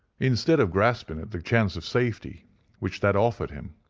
instead of grasping at the chance of safety which that offered him,